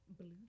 blue